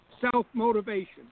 self-motivation